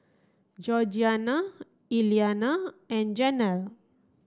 Georgianna Iliana and Janell